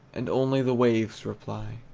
and only the waves reply.